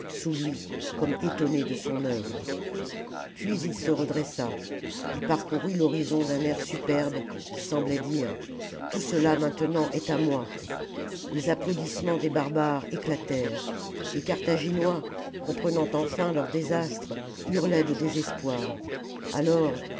sous lui comme étonné de son œuvre puis il se redressa ii parcourut l'horizon d'un air superbe qui semblait dire tout cela maintenant est à moi les applaudissements des barbares éclatèrent les carthaginois comprenant enfin leur désastre hurlaient de désespoir alors